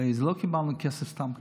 הרי לא קיבלנו כסף סתם ככה.